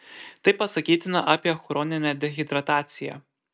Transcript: tai pasakytina apie chroninę dehidrataciją